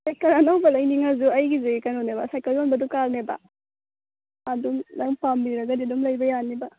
cycle ꯑꯅꯧꯕ ꯂꯩꯅꯤꯡꯉꯁꯨ ꯑꯩꯒꯤꯁꯦ ꯀꯩꯅꯣꯅꯦꯕ ꯁꯥꯏꯀꯜ ꯌꯣꯟꯕ ꯗꯨꯀꯥꯟꯅꯦꯕ ꯑꯗꯨꯝ ꯅꯣꯏ ꯄꯥꯝꯕꯤꯔꯒꯗꯤ ꯑꯗꯨꯝ ꯂꯩꯕ ꯌꯥꯅꯦꯕ